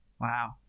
Wow